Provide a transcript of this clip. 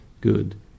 good